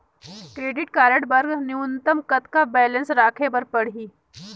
Credit card बर न्यूनतम कतका बैलेंस राखे बर पड़ही?